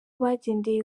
bagendeye